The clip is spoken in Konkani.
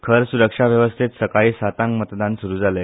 खर सूरक्षा वेवस्थेत सकाळी सातांक मतदान सूरू जाले